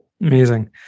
amazing